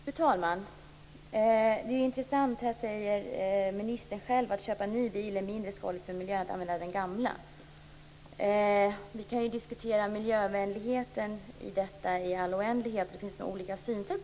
Fru talman! Det är intressant att ministern själv säger att det är mindre skadligt för miljön att köpa en ny bil än att använda den gamla. Miljövänligheten i detta kan vi diskutera i all oändlighet. Det finns nog olika synsätt.